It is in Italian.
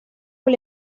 con